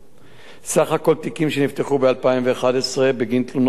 סך הכול תיקים שנפתחו ב-2011 בגין תלונות נשים,